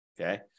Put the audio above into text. Okay